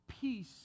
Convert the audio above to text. peace